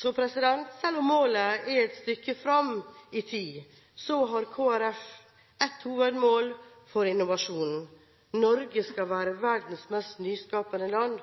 Selv om målet er et stykke fram i tid, har Kristelig Folkeparti ett hovedmål for innovasjon: Norge skal være verdens mest nyskapende land,